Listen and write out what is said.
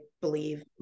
believe